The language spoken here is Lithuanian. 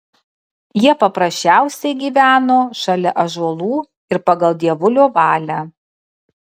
jie paprasčiausiai gyveno šalia ąžuolų ir pagal dievulio valią